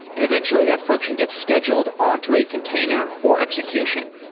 and eventually that function gets scheduled on to a container for execution.